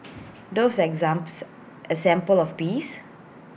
doves are A symbol of peace